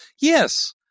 yes